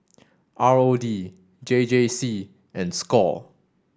R O D J J C and Score